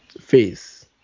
face